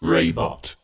Raybot